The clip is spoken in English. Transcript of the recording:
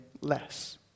less